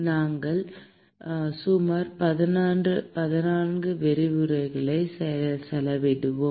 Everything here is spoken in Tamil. நாங்கள் சுமார் 14 விரிவுரைகளை செலவிடுவோம்